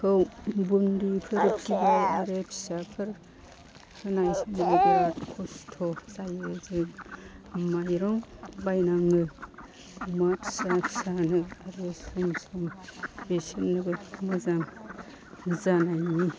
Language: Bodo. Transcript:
खौ बुनदिफोरखौ आरो फिसाफोर होनाय समाव बिराद खस्त' जायो जों माइरं बायनाङो अमा फिसा फिसानो आरो सम सम बेसोरनोबो मोजां जानायनि